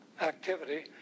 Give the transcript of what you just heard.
activity